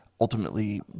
ultimately